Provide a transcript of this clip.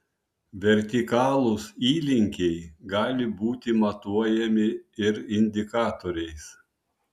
vertikalūs įlinkiai gali būti matuojami ir indikatoriais